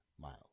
miles